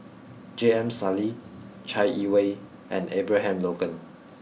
J M Sali Chai Yee Wei and Abraham Logan